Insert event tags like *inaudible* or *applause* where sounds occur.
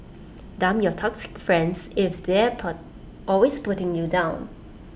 dump your toxic friends if they're *unintelligible* always putting you down